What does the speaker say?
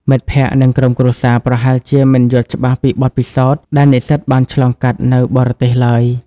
មិត្តភក្តិ និងក្រុមគ្រួសារប្រហែលជាមិនយល់ច្បាស់ពីបទពិសោធន៍ដែលនិស្សិតបានឆ្លងកាត់នៅបរទេសឡើយ។